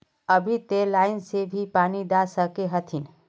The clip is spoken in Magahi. अभी ते लाइन से भी पानी दा सके हथीन?